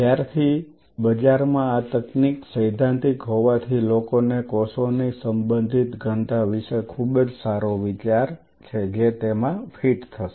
જ્યાર થી બજારમાં આ તકનીક સૈદ્ધાંતિક હોવાથી લોકોને કોષોની સંબંધિત ઘનતા વિશે ખુબજ સારો વિચાર છે જે તેમાં ફિટ થશે